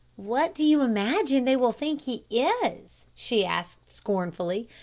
what do you imagine they will think he is? she asked scornfully.